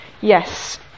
Yes